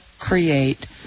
create